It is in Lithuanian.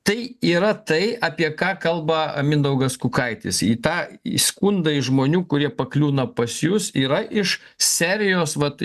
tai yra tai apie ką kalba mindaugas kukaitis į tą skundą iš žmonių kurie pakliūna pas jus yra iš serijos vat